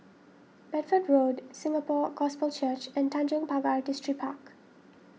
Bedford Road Singapore Gospel Church and Tanjong Pagar Distripark